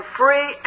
free